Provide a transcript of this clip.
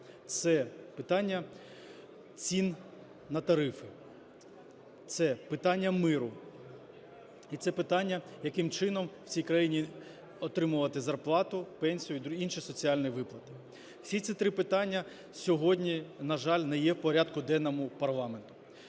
це питання цін на тарифи, це питання миру і це питання, яким чином у цій країні отримувати зарплату, пенсію і інші соціальні виплати. Всі ці три питання сьогодні, на жаль, не є в порядку денному парламенту.